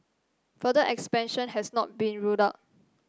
further expansion has not been ruled out